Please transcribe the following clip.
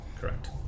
Correct